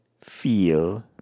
feel